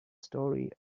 story